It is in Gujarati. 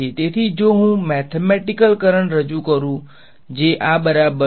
તેથી જો હું મેથેમેટીકલ કરંટ રજૂ કરું જે આ બરાબર છે